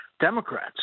Democrats